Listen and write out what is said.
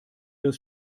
das